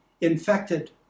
infected